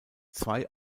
zwei